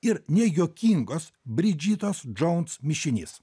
ir nejuokingos bridžitos džouns mišinys